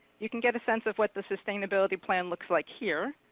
you can get a sense of what the sustainability plan looks like here.